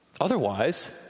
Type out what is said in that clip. Otherwise